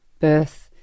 birth